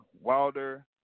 Wilder